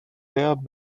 teab